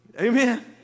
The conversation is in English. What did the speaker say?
Amen